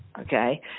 okay